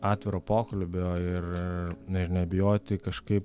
atviro pokalbio ir ir nebijoti kažkaip